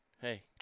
Hey